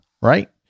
right